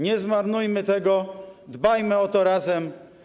Nie zmarnujmy tego, dbajmy o to razem.